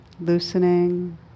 loosening